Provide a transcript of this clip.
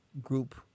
group